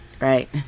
right